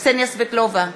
קסניה סבטלובה,